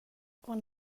one